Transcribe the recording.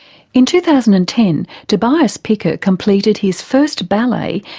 in two thousand and ten tobias picker completed his first ballet,